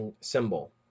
symbol